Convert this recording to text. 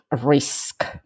risk